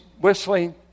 whistling